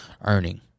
earning